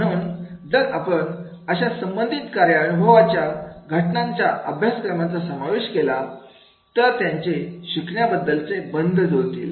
म्हणून जर आपण अशा संबंधित कार्य अनुभवाच्या घंटांचा अभ्यासक्रमांचा समावेश केला तर त्याचे शिकण्या बद्दल बंध जुळतात